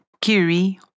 Kiri